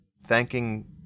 thanking